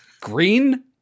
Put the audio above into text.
Green